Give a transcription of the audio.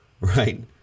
Right